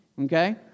okay